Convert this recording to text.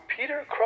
peter